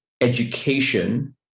education